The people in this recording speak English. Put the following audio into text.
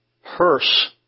hearse